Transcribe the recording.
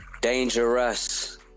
Dangerous